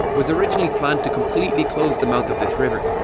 was originally planned to completely close the mouth of this river,